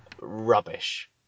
Rubbish